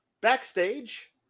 Backstage